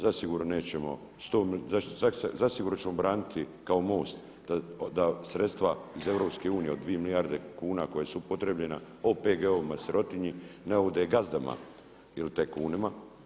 Zasigurno nećemo, zasigurno ćemo braniti kao MOST da sredstva iz EU od 2 milijarde kuna koja su upotrijebljena OPG-om i sirotinji, ne ode gazdama ili tajkunima.